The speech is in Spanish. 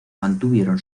mantuvieron